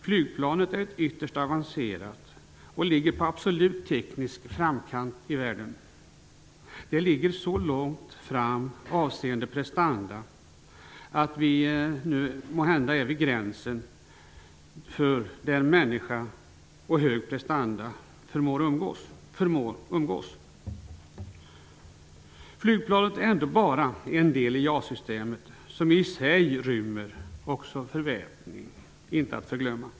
Flygplanet är ytterst avancerat och ligger på teknikens absoluta framkant i världen. Det ligger så långt fram avseende prestanda att vi måhända är vid gränsen för var människa och prestanda förmår umgås. Flygplanet är ändå bara en del i JAS-systemet, som i sig inte att förglömma också rymmer beväpning.